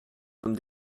homme